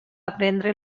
aprendre